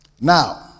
Now